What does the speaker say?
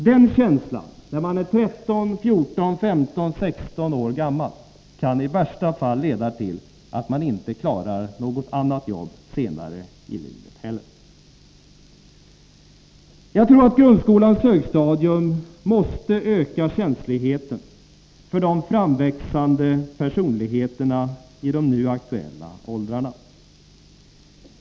Den känslan när man är 13, 14, 15 eller 16 år gammal kan i värsta fall leda till att man inte klarar något annat jobb senare i livet heller. Jag tror att grundskolans högstadium måste öka känsligheten för de framväxande personligheterna i de nu aktuella åldrarna.